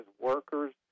workers